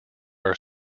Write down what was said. are